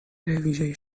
ویژه